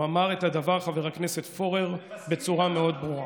והוא אמר את הדבר בצורה מאוד ברורה,